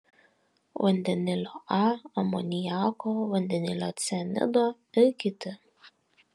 vandenilio a amoniako vandenilio cianido ir kiti